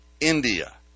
India